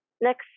next